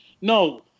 No